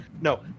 no